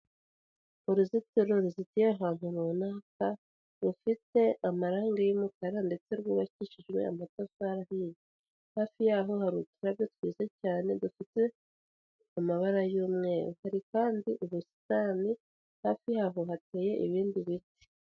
Uruzitiro zitiya ahantu runaka rufite amarangi y'umukara ndetse rwubakishijwe amatafari ahiye, hafi yaho hari uturabyo twize cyane dufite amabara y'umweru, hari kandi ubusitani hafi yaho hateye ibindi biti.